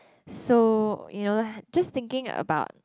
so you know just thinking about